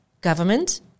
Government